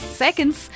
seconds